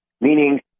Meaning